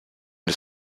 des